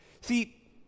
See